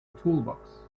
toolbox